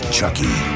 Chucky